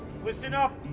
listen up.